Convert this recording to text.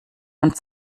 und